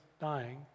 dying